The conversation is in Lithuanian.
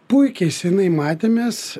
puikiai seniai matėmės